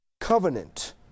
covenant